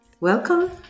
Welcome